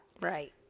Right